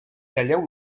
talleu